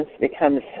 becomes